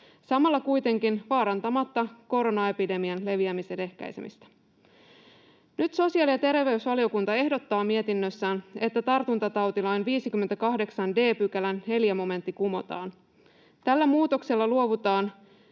samalla kuitenkaan vaarantamatta koronaepidemian leviämisen ehkäisemistä. Nyt sosiaali- ja terveysvaliokunta ehdottaa mietinnössään, että tartuntatautilain 58 d §:n 4 momentti kumotaan. Tällä muutoksella luovutaan